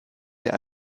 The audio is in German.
der